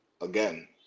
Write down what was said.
again